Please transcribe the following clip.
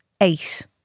Eight